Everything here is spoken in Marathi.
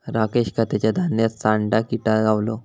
राकेशका तेच्या धान्यात सांडा किटा गावलो